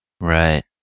Right